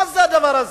מה זה הדבר הזה?